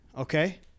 Okay